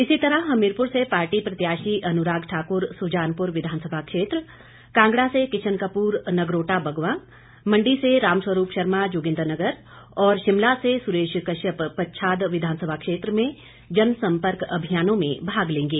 इसी तरह हमीरपुर से पार्टी प्रत्याशी अनुराग ठाकुर सुजानपुर विधानसभा क्षेत्र कांगड़ा से किशन कपूर नगरोटा बगवां मंडी से रामस्वरूप शर्मा जोगिंद्रनगर और शिमला से सुरेश कश्यप पच्छाद विधानसभा क्षेत्र में जनसंपर्क अभियानों में भाग लेंगे